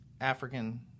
African